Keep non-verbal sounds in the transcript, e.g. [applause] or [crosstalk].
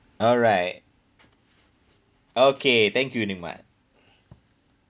alright okay thank you nimad [breath]